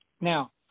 Now